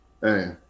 Hey